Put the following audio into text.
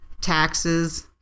taxes